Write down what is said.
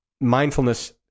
mindfulness